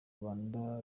rwanda